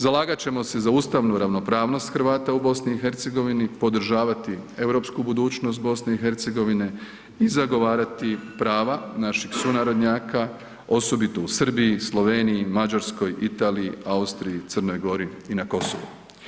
Zalagat ćemo se za ustavnu ravnopravnost Hrvata u BiH, podržavati europsku budućnost BiH i zagovarati prava naših sunarodnjaka, osobito u Srbiji, Sloveniji, Mađarskoj, Italiji, Austriji i Crnoj Gori i na Kosovu.